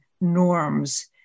norms